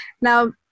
Now